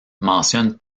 mentionne